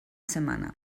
setmana